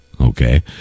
okay